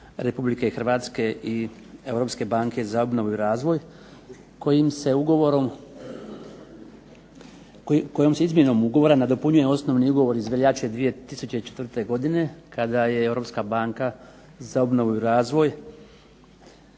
Republike Hrvatske i Europske banke za obnovu i razvoj kojim se ugovorom, kojom se izmjenom ugovora nadopunjuje osnovni ugovor iz veljače 2004. godine kada je Europska banka za obnovu i razvoj